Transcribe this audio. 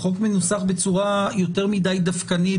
החוק מנוסח בצורה יותר מדי דווקנית,